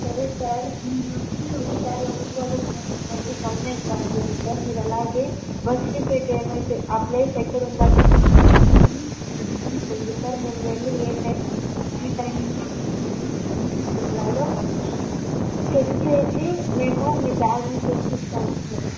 సరే సార్ మీరు వచ్చి ఒకసారి వచ్చి పోలీస్ స్టేషన్కి వచ్చి కంప్లైంట్ రాసివ్వండి సార్ మీరు అలాగే బస్సు టికెట్ ఏమైతే ఆ ప్లేస్ ఎక్కడ ఉందో రసీదు తీసుకుని మా దగ్గరకి రండి సార్ మేము వెళ్లి ఏ టైం ఏ టైమ్లో పోయిందో మేము సిసి కెమెరాలో చెక్ చేసి మేము మీ బ్యాగ్ మీకు తెచ్చిస్తాము సార్